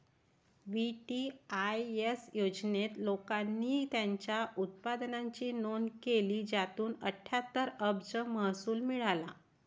VDIS योजनेत, लोकांनी त्यांच्या उत्पन्नाची नोंद केली, ज्यातून अठ्ठ्याहत्तर अब्ज महसूल मिळाला